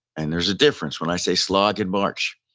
and there's a difference when i say slog and march,